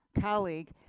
colleague